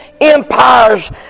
Empires